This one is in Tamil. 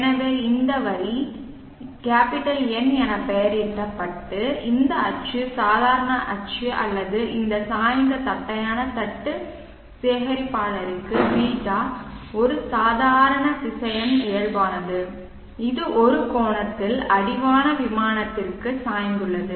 எனவே இந்த வரி N என பெயரிடப்பட்ட இந்த அச்சு சாதாரண அச்சு அல்லது இந்த சாய்ந்த தட்டையான தட்டு சேகரிப்பாளருக்கு ß ஒரு சாதாரண திசையன் இயல்பானது இது ஒரு கோணத்தில் அடிவான விமானத்திற்கு சாய்ந்துள்ளது